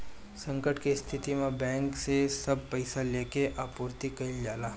संकट के स्थिति में बैंक से सब पईसा लेके आपूर्ति कईल जाला